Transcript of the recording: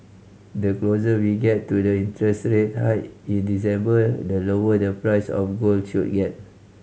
the closer we get to the interest rate hike in December the lower the price of gold should get